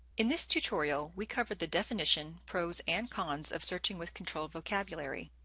in this tutorial we covered the definition, pros, and cons of searching with controlled vocabulary.